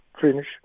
Finish